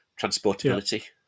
transportability